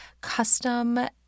custom